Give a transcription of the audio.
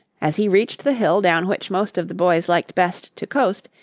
as he reached the hill down which most of the boys liked best to coast,